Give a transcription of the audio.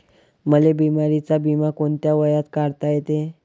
मले बिमारीचा बिमा कोंत्या वयात काढता येते?